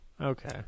Okay